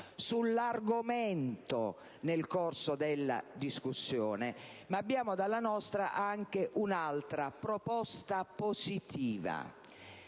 sull'argomento nel corso della discussione, ma abbiamo dalla nostra anche un'altra proposta positiva.